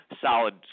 solid